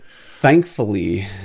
Thankfully